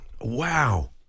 Wow